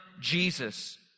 Jesus